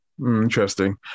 Interesting